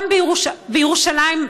בירושלים,